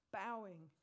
bowing